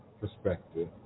perspective